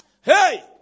hey